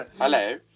Hello